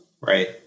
right